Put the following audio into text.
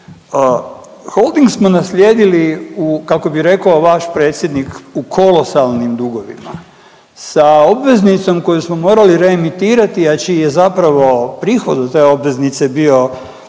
Holding smo naslijedili u kako bi rekao vaš predsjednik u kolosalnim dugovima, sa obveznicom koju smo morali reemitirati, a čiji je zapravo prihod od te obveznice bio